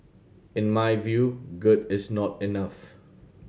in my view good is not enough